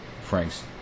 Frank's